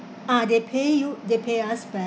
ah they pay you they pay us back